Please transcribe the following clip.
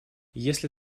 если